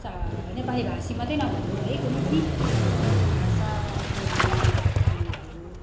चा नेपालीभाषी मात्रै नभनौँ है कुनै पनि भाषा बोल्ने व्यक्तिहरू